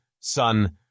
Son